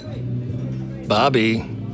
Bobby